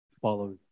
follow